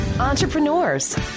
Entrepreneurs